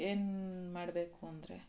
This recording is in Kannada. ಏನು ಮಾಡಬೇಕು ಅಂದರೆ